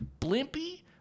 Blimpy